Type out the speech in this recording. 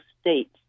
State